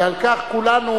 ועל כך כולנו,